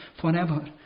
forever